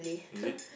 is it